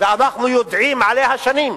ואנחנו יודעים עליה שנים,